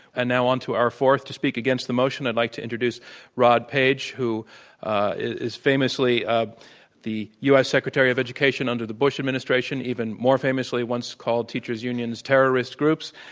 and now on to our fourth to speak against the motion i'd like to introduce rod paige who is famously ah the u. s. secretary of education under the bush administration, even more famously once called teachers unions terrorist groups.